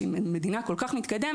שהיא מדינה כל כך מתקדמת,